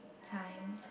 time